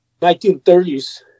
1930s